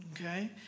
Okay